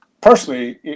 personally